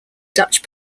dutch